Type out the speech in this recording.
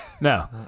No